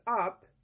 up